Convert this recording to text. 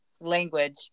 language